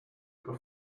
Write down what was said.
for